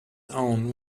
own